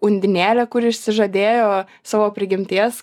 undinėlė kuri išsižadėjo savo prigimties